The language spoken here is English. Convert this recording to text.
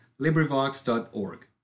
LibriVox.org